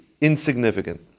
insignificant